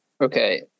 Okay